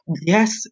yes